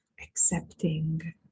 accepting